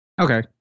Okay